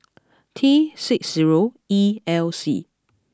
T six zero E L C